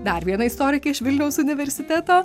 dar vieną istorikę iš vilniaus universiteto